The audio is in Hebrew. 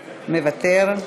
מוותר,